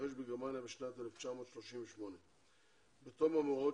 שהתרחש בגרמניה בשנת 1938. בתום המאורעות